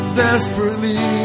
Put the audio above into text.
desperately